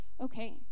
Okay